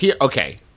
Okay